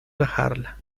bajarla